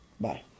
Bye